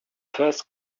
first